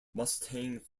mustang